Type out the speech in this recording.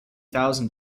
thousand